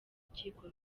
rukiko